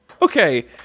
Okay